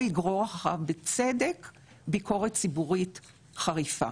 יגרור אחריו בצדק ביקורת ציבורית חריפה.